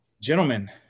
gentlemen